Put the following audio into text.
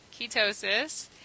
ketosis